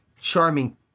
charming